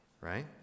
right